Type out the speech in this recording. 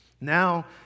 Now